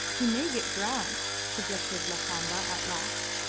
he may get drowned, suggested lakamba at last,